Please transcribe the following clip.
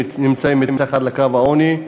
נמצאים מתחת לקו העוני,